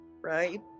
Right